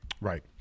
Right